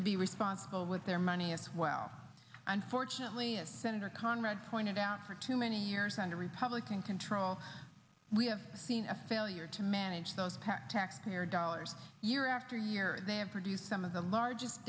to be responsible with their money as well unfortunately senator conrad pointed out for too many years under republican control we have seen a failure to manage those taxpayer dollars year after year they have produced some of the largest